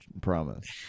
promise